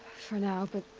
for now, but.